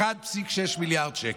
1.6 מיליארד שקל.